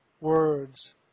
words